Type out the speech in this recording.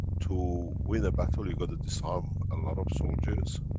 to win a battle you got to disarm a lot of soldiers,